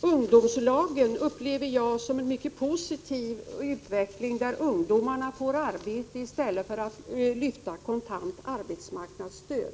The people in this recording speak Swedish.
Ungdomslagen upplever jag som någonting mycket positivt. Där får ungdomarna arbete i stället för att lyfta kontant arbetsmarknadsstöd.